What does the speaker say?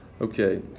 Okay